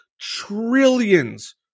trillions